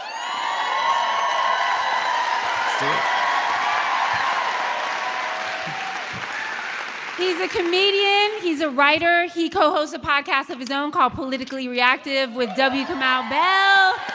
um he's a comedian. he's a writer. he co-hosts a podcast of his own, called politically re-active, with w. kamau bell.